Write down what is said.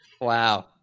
Wow